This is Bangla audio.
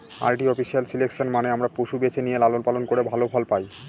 আর্টিফিশিয়াল সিলেকশন মানে আমরা পশু বেছে নিয়ে লালন পালন করে ভালো ফল পায়